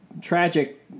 tragic